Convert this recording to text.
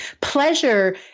pleasure